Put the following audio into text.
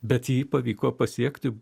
bet jį pavyko pasiekti